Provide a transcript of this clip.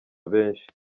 benshi